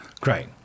Great